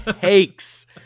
takes